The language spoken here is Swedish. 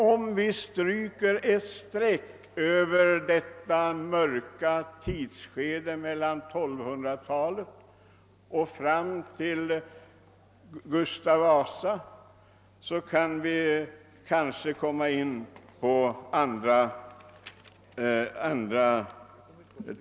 Om vi stryker ett streck över detta mörka tidsskede från 1200-talet fram till Gustav Vasas tid kan vi kanske komma in på andra tankar.